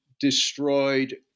destroyed